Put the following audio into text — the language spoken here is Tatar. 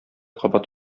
кабат